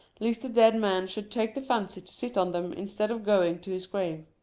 lest the dead man should take the fancy to sit on them instead of going to his grave.